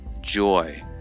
joy